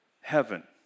heaven